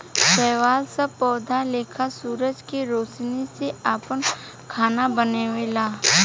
शैवाल सब पौधा लेखा सूरज के रौशनी से आपन खाना बनावेला